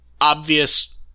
obvious